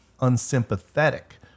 unsympathetic